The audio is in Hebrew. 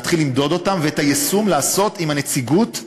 ואת היישום לעשות עם הנציגות,